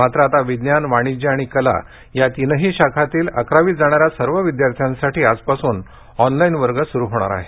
मात्र आता विज्ञान वाणिज्य आणिकला या तिनही शाखांतील अकरावीत जाणाऱ्या सर्व विद्यार्थ्यांसाठी आजपासून ऑनलाइन वर्ग सुरू होणार आहेत